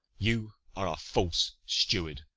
you are a false steward.